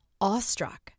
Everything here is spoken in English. awestruck